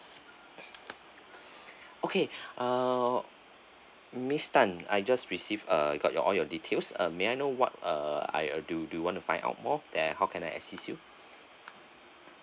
okay uh miss tan I just received uh I got all your details uh may I know what uh I uh do do you want find out more there how can I assist you